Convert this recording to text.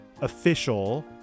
official